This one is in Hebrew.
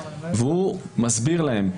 והוא מסביר להם.